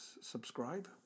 subscribe